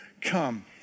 come